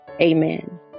Amen